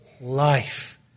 life